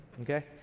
okay